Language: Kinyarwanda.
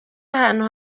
ahantu